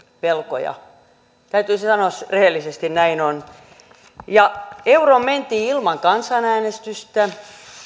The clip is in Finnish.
velkoja täytyy sanoa rehellisesti että näin on euroon mentiin ilman kansanäänestystä